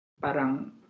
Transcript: parang